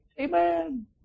Amen